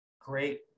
great